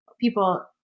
people